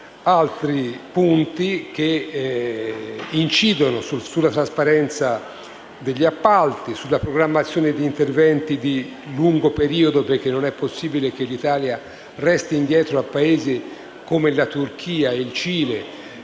altri punti che incidono sulla trasparenza degli appalti e sulla programmazione di interventi di lungo periodo; non è infatti possibile che l'Italia resti indietro a Paesi come la Turchia e il Cile